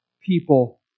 people